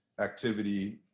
activity